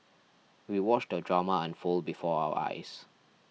we watched drama unfold before our eyes